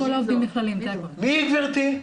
מי גברתי?